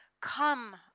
Come